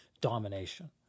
domination